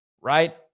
right